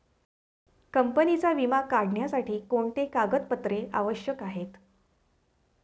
कंपनीचा विमा काढण्यासाठी कोणते कागदपत्रे आवश्यक आहे?